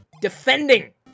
defending